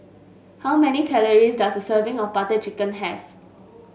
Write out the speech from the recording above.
how many calories does a serving of Butter Chicken have